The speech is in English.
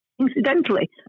incidentally